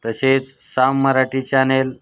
तसेच साम मराठी चॅनेल